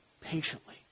patiently